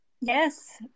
yes